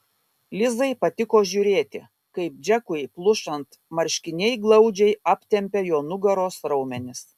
lizai patiko žiūrėti kaip džekui plušant marškiniai glaudžiai aptempia jo nugaros raumenis